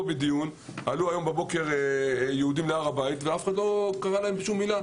בדיון עלו היום בבוקר יהודים להר הבית ואף אחד לא קרא להם בשום מילה.